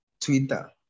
Twitter